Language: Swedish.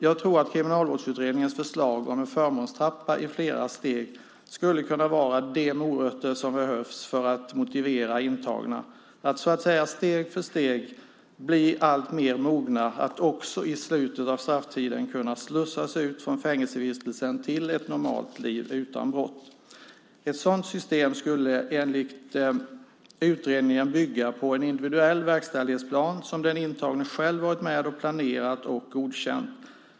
Jag tror att Kriminalvårdsutredningens förslag om en förmånstrappa i flera steg skulle kunna vara de morötter som behövs för att motivera intagna att så att säga steg för steg bli alltmer mogna att också i slutet av strafftiden kunna slussas ut från fängelsevistelsen till ett normalt liv utan våld. Ett sådant system skulle enligt utredningen bygga på en individuell verkställighetsplan som den intagne själv varit med och planerat och godkänt.